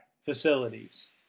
facilities